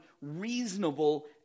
reasonable